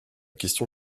question